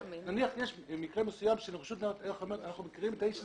נניח שיש מקרה שרשות ניירות ערך אומרת: אנחנו מכירים את האיש הזה,